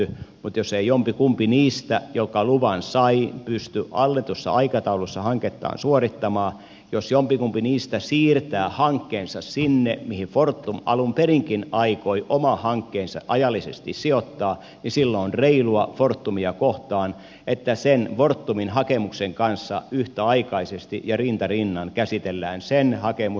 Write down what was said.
mutta jos ei jompikumpi niistä jotka luvan saivat pysty annetussa aikataulussa hankettaan suorittamaan ja jos jompikumpi niistä siirtää hankkeensa sinne mihin fortum alun perinkin aikoi oman hankkeensa ajallisesti sijoittaa niin silloin on reilua fortumia kohtaan että sen fortumin hakemuksen kanssa yhtäaikaisesti ja rinta rinnan käsitellään sen hakemus